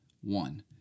One